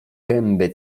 gęby